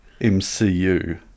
mcu